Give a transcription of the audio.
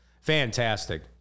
fantastic